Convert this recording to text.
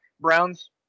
Browns